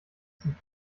zum